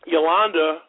Yolanda